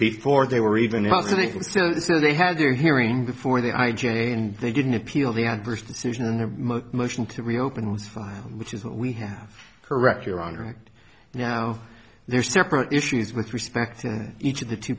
before they were even asked if they had their hearing before the i j a and they didn't appeal the adverse decision a motion to reopen was five which is what we have correct your honor right now there are separate issues with respect to each of the two